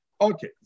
Okay